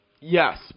Yes